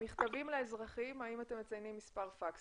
במכתבים לאזרחים אתם מציינים מספר פקס?